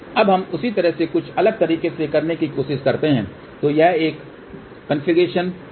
अब हम उसी तरह से कुछ अलग तरीके से करने की कोशिश करते हैं तो यह एक कॉन्फ़िगरेशन दो है